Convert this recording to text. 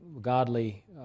godly